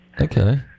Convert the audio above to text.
Okay